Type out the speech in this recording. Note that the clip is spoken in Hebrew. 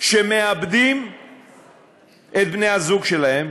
שמאבדים את בני-הזוג שלהם,